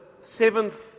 seventh